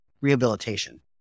rehabilitation